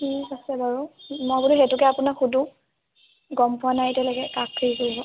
ঠিক আছে বাৰু মই বোলো সেইটোকে আপোনাক সোধো গম পোৱা নাই এতিয়ালৈকে কাক কি কৰিব